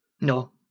No